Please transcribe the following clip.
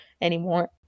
anymore